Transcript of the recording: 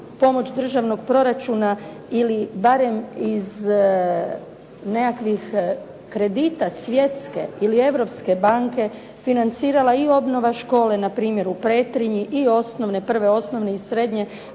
državnog proračuna ili barem iz nekakvih kredita svjetske ili europske banke financirala i obnova škole npr. u Petrinji i prve osnovne i srednje,